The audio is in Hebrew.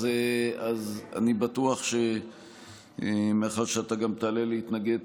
אז אני בטוח שמאחר שאתה גם תעלה להתנגד,